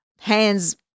hands